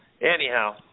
Anyhow